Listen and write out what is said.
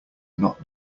not